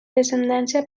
descendència